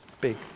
big